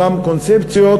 אותן קונספציות,